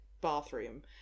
bathroom